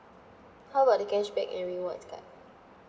how about the cashback and rewards card